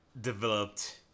developed